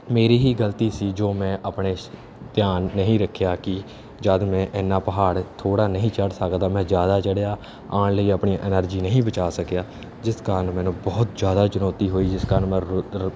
ਮੇਰੀ ਹੀ ਗਲਤੀ ਸੀ ਜੋ ਮੈਂ ਆਪਣੇ ਧਿਆਨ ਨਹੀਂ ਰੱਖਿਆ ਕਿ ਜਦੋਂ ਮੈਂ ਇੰਨਾ ਪਹਾੜ ਥੋੜ੍ਹਾ ਨਹੀਂ ਚੜ੍ਹ ਸਕਦਾ ਮੈਂ ਜ਼ਿਆਦਾ ਚੜ੍ਹਿਆ ਆਉਣ ਲਈ ਆਪਣੀ ਐਨਰਜੀ ਨਹੀਂ ਬਚਾ ਸਕਿਆ ਜਿਸ ਕਾਰਨ ਮੈਨੂੰ ਬਹੁਤ ਜ਼ਿਆਦਾ ਚੁਣੌਤੀ ਹੋਈ ਜਿਸ ਕਾਰਨ ਮੈਂ